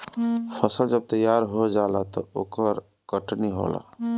फसल जब तैयार हो जाला त ओकर कटनी होला